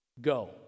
Go